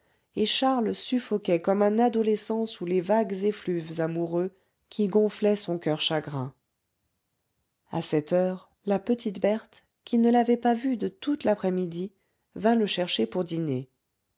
et charles suffoquait comme un adolescent sous les vagues effluves amoureux qui gonflaient son coeur chagrin à sept heures la petite berthe qui ne l'avait pas vu de toute l'après-midi vint le chercher pour dîner